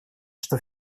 что